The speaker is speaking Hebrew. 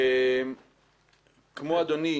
כמו אדוני,